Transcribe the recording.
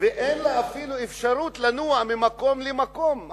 ואין לה אפילו אפשרות לנוע ממקום למקום,